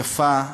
התקפה ארסית,